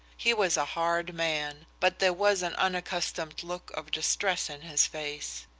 he was a hard man, but there was an unaccustomed look of distress in his face.